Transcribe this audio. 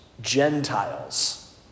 Gentiles